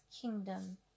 kingdom